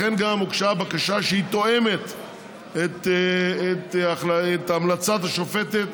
לכן גם הוגשה הבקשה, שתואמת את המלצת השופטת